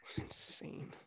insane